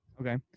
Okay